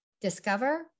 discover